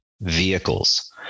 vehicles